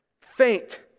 faint